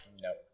Nope